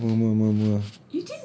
you lah murmur